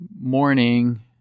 morning